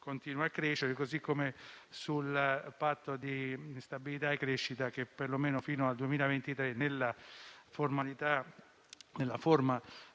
continua a crescere, così come sul Patto di stabilità e crescita che, perlomeno fino al 2023, nella forma precedente non